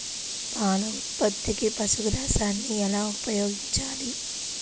పాల ఉత్పత్తికి పశుగ్రాసాన్ని ఎలా ఉపయోగించాలి?